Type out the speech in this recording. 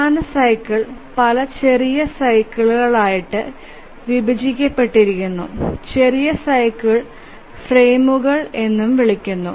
പ്രധാന സൈക്കിൾ പല ചെറിയ സൈക്കിൾസ് ആയിട്ടു വിഭജിച്ചിട്ടുണ്ടെങ്കിൽ ചെറിയ സൈക്കിൾസ് ഫ്രെയിമുകൾ എന്നും വിളിക്കുന്നു